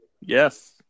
Yes